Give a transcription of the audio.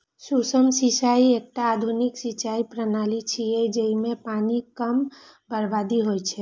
सूक्ष्म सिंचाइ एकटा आधुनिक सिंचाइ प्रणाली छियै, जइमे पानिक कम बर्बादी होइ छै